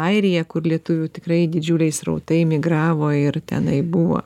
airija kur lietuvių tikrai didžiuliai srautai migravo ir tenai buvo